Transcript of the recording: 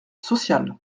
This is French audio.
social